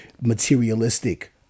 materialistic